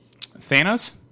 Thanos